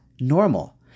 normal